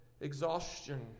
exhaustion